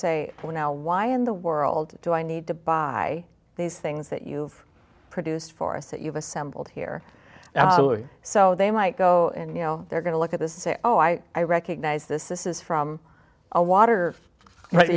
say well now why in the world do i need to buy these things that you've produced for us that you've assembled here so they might go and you know they're going to look at this say oh i i recognize this this is from a water